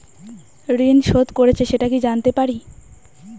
ঋণ শোধ করেছে সেটা কি জানতে পারি?